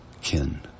kin